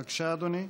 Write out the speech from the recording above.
בבקשה, אדוני.